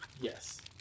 Yes